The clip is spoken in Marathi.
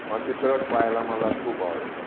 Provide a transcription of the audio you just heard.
म चित्रपट पाहायला मला खूप आवडतो